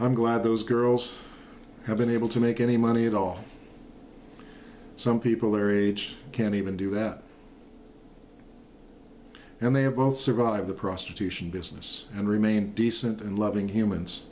i'm glad those girls have been able to make any money at all some people or age can even do that and they have both survived the prostitution business and remain decent and loving humans